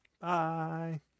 Bye